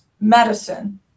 medicine